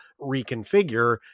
reconfigure